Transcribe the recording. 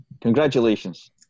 Congratulations